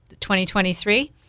2023